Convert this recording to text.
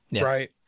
right